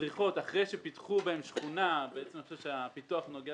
צריכות אחרי שפיתחו בהן שכונה אני חושב שהפיתוח נוגע